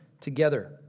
together